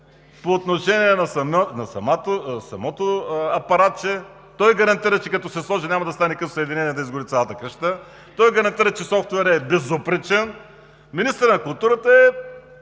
по отношение на самото апаратче гарантира, че като се сложи, няма да стане късо съединение и да изгори цялата къща, той гарантира, че софтуерът е безупречен! Министърът на културата е